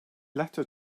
letter